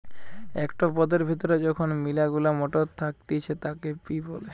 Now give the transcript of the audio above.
একটো পদের ভেতরে যখন মিলা গুলা মটর থাকতিছে তাকে পি বলে